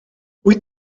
wyt